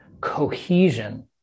cohesion